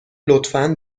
لطفا